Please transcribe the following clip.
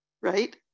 right